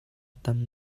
tam